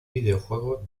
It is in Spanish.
videojuego